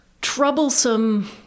troublesome